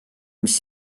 mis